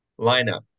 lineup